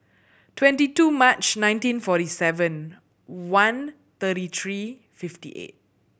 twenty two March nineteen forty seven one thirty three fifty eight